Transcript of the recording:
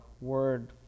word